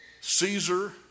Caesar